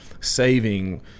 saving –